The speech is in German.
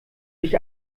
dich